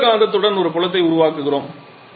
நிரந்தர காந்தத்துடன் ஒரு புலத்தை உருவாக்குகிறோம்